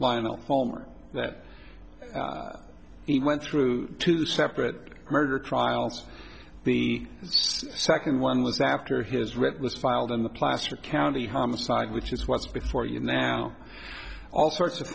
lionel palmer that he went through two separate murder trials the second one was after his read was filed in the placer county homicide which is what's before you now all sorts of